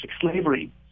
slavery